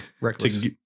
Reckless